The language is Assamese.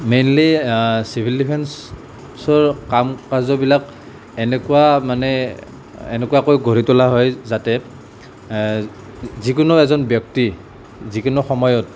মেইনলি চিভিল ডিফেন্সৰ কাম কাজবিলাক এনেকুৱা মানে এনেকুৱাকৈ গঢ়ি তোলা হয় যাতে যিকোনো এজন ব্যক্তি যিকোনো সময়ত